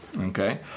okay